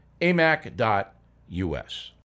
amac.us